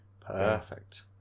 Perfect